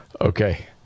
okay